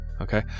Okay